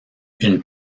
une